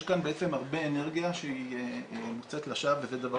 יש כאן בעצם הרבה אנרגיה שהיא מוצאת לשווא וזה דבר